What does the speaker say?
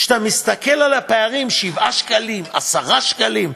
כשאתה מסתכל על הפערים, 7 שקלים, 10 שקלים.